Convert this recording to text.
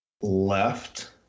left